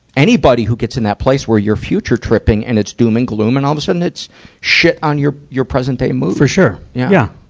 anybody who gets in that place where you're future-tripping and it's doom and gloom, and all of a sudden it's shit on your, your present-day mood. mood. for sure. yeah.